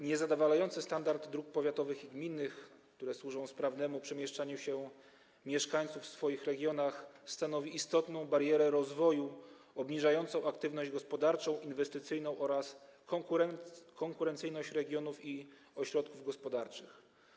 Niezadowalający standard dróg powiatowych i gminnych, które służą sprawnemu przemieszczaniu się mieszkańców w ich regionach, stanowi istotną barierę rozwoju obniżającą aktywność gospodarczą, inwestycyjną oraz konkurencyjność regionów i ośrodków gospodarczych.